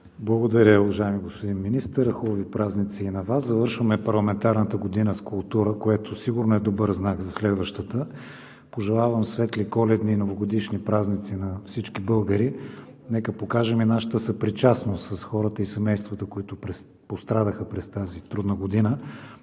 Благодаря, уважаеми господин Министър. Хубави празници и на Вас! Завършваме парламентарната година с култура, което сигурно е добър знак за следващата. Пожелавам светли Коледни и Новогодишни празници на всички българи! Нека покажем и нашата съпричастност с хората и семействата, които пострадаха през тази трудна година.